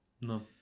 no